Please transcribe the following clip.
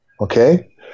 okay